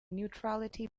neutrality